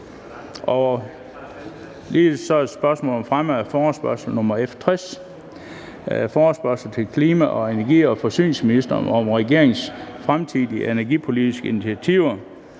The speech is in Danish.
2) Spørgsmål om fremme af forespørgsel nr. F 60: Forespørgsel til klima-, energi- og forsyningsministeren om regeringens fremtidige energipolitiske initiativer.